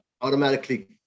automatically